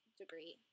degree